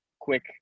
quick